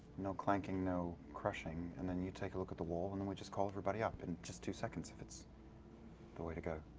no clanking, no crushing. and you take a look at the wall, and then we just call everybody up. and just two seconds if it's the way to go.